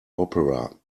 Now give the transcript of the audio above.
opera